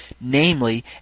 namely